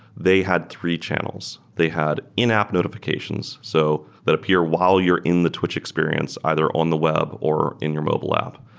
they had three channels. they had in-app notifications so that appear while you're in the twitch experience either on the web or in your mobile app.